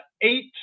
eight